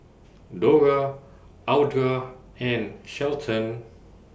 Dora Audra and Shelton